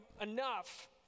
enough